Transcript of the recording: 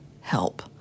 help